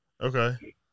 Okay